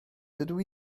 dydw